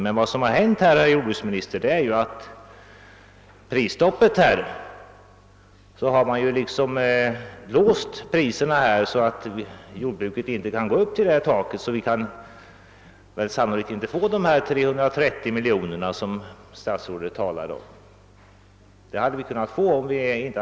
Men vad som har hänt, herr jordbruksminister, är att prisstoppet har låst priserna så att jordbrukarna inte kan gå upp till taket. De kan förmodligen inte få ut de 330 miljoner kronor som statsrådet talar om.